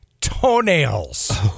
toenails